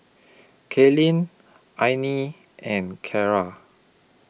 Katelynn Alani and Kiara